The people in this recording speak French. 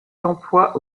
d’emploi